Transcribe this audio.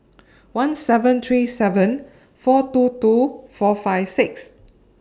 one seven three seven four two two four five six